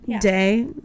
day